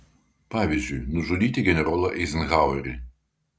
pavyzdžiui nužudyti generolą eizenhauerį